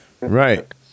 Right